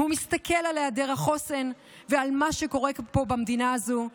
הוא מסתכל על היעדר החוסן ועל מה שקורה פה במדינה הזו.